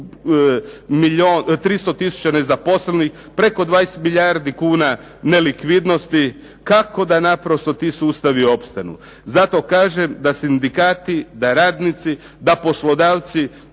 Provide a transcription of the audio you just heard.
300000 nezaposlenih, preko 20 milijardi kuna nelikvidnosti kako da naprosto ti sustavi opstanu. Zato kažem da sindikati, da radnici, da poslodavci